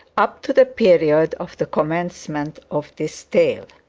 up to the period of the commencement of this tale.